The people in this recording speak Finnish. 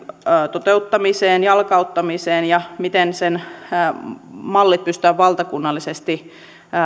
toteuttamiseen jalkauttamiseen ja siihen miten sen mallit pystytään valtakunnallisesti